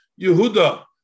Yehuda